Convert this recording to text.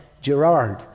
Gerard